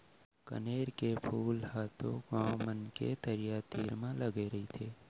कनेर के फूल ह तो गॉंव मन के तरिया तीर म लगे रथे